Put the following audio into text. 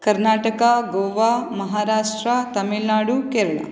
Karnataka Goa Maharashtra Tamil Nadu Kerala